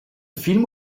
film